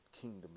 kingdom